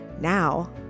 Now